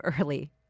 early